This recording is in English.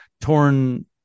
torn